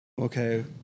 okay